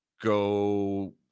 go